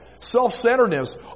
Self-centeredness